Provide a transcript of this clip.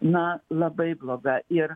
na labai bloga ir